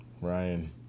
Ryan